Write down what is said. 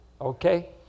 okay